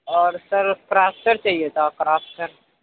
اور sir faster چاہیے تھا فراسٹر